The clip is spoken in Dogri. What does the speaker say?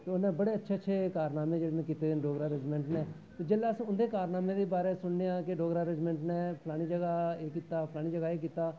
ते उ'नें बड़े अच्छे अच्छे कारनामें जेह्ड़े न कीते दे न डोगरा रैजिमैंट नै जेल्लै अस उं'दे कारनामें दे बारे च सुनने आं कि डोगरा रैजिमैंट नै फलानी जगह् एह् कीता फलानी जगह् एह् कीता